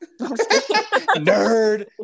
Nerd